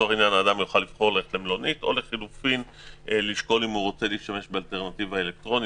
אדם יוכל לבחון אם הוא רוצה ללכת למלונית או להשתמש בחלופה האלקטרונית.